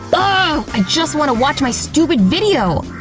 but just wanna watch my stupid video!